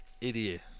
idiot